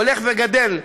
הולך וגדל,